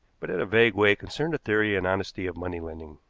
but in a vague way concerned the theory and honesty of money-lending.